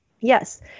Yes